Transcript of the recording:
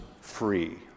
free